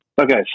Okay